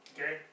Okay